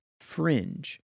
fringe